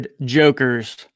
jokers